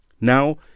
Now